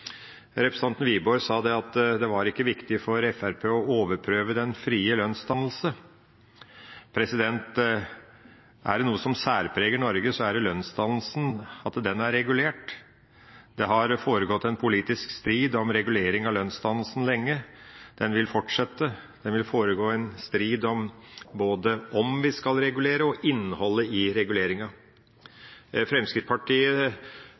for Fremskrittspartiet å overprøve den frie lønnsdannelse. Er det noe som særpreger Norge, så er det at lønnsdannelsen er regulert. Det har foregått en politisk strid om regulering av lønnsdannelsen lenge, og den vil fortsette. Det vil foregå en strid om både om vi skal regulere og om innholdet i reguleringa. Fremskrittspartiet